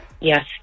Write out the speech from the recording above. yes